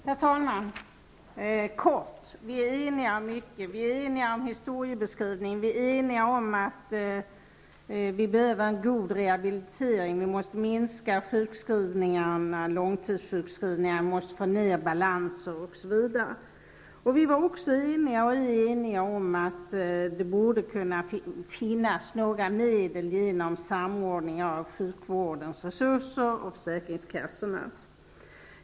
Herr talman! Helt kort. Vi är eniga om mycket: om historiebeskrivningen, om att vi behöver en god rehabilitering, om att vi måste minska sjukskrivningar och långtidssjukskrivningar, få ned balanser osv. Vi var och är också eniga om att det borde kunna vinnas några medel genom samordning av sjukvårdens och försäkringskassornas resurser.